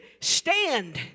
stand